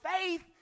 faith